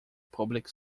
public